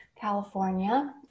California